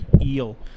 eel